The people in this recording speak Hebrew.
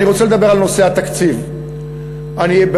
אני רוצה לדבר על נושא התקציב.